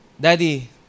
Daddy